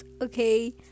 okay